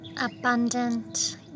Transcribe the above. Abundant